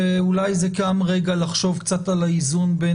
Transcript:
שאולי זה גם רגע לחשוב קצת על האיזון בין